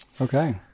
okay